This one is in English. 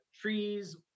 trees